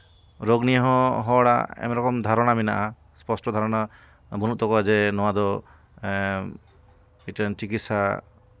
ᱨᱳᱜᱽ ᱱᱤᱭᱮ ᱦᱚᱸ ᱦᱚᱲᱟᱜ ᱟᱭᱢᱟ ᱨᱚᱠᱚᱢ ᱫᱷᱟᱨᱚᱱᱟ ᱢᱮᱱᱟᱜᱼᱟ ᱥᱯᱚᱥᱴᱚ ᱫᱷᱟᱨᱚᱱᱟ ᱵᱟᱹᱱᱩᱜ ᱛᱟᱠᱚᱣᱟ ᱡᱮ ᱱᱚᱣᱟ ᱫᱚ ᱢᱤᱫᱴᱮᱱ ᱪᱤᱠᱤᱛᱥᱟ